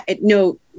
no